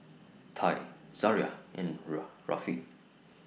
Ty Zariah and Rafe